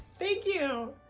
thank you!